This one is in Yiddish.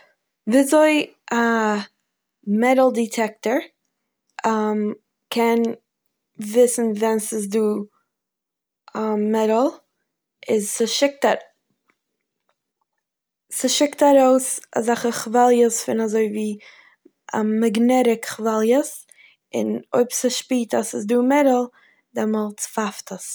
ווי אזוי א מעטאל דיטעקטער קען וויסן ווען ס'איז דא מעטאל איז ס'שיקט אר- ס'שיקט ארויס אזאלכע כוואליעס פון אזוי ווי מעגנעטיק כוואליעס און אויב ס'שפירט אז ס'איז דא מעטאל דעמאלטס פייפט עס.